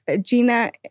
Gina